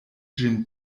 ĝin